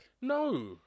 No